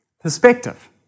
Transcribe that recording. Perspective